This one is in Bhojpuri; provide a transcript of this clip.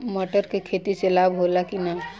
मटर के खेती से लाभ होला कि न?